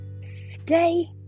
Stay